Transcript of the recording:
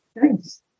Thanks